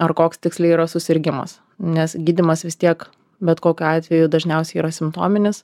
ar koks tiksliai yra susirgimas nes gydymas vis tiek bet kokiu atveju dažniausiai yra simptominis